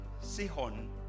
sihon